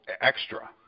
extra